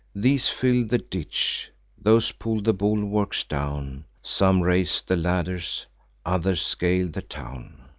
these fill the ditch those pull the bulwarks down some raise the ladders others scale the town.